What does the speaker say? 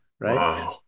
right